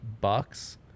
Bucks